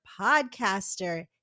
podcaster